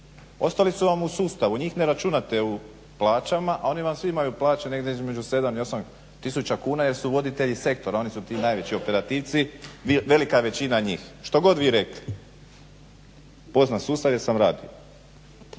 Ostali su vam u sustavu. Njih ne računate u plaćama, a oni vam svi imaju plaće negdje između 7 i 8000 kuna jer su voditelji sektora. Oni su ti najveći operativci velika većina njih što god vi rekli. Poznam sustav jer sam radio.